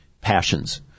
passions